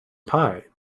pie